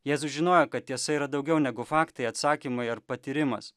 jėzus žinojo kad tiesa yra daugiau negu faktai atsakymai ar patyrimas